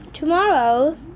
Tomorrow